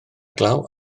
glaw